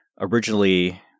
originally